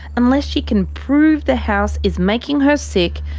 unless she can prove the house is making her sick,